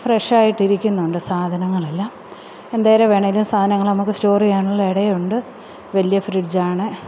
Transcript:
ഫ്രെഷായിട്ടിരിക്കുന്നുണ്ട് സാധനങ്ങളെല്ലാം എന്തേരം വേണമെങ്കിലും സാധനങ്ങൾ നമുക്ക് സ്റ്റോർ ചെയ്യാനുള്ള ഇടം ഉണ്ട് വലിയ ഫ്രിഡ്ജാണ്